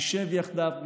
נישב יחדיו,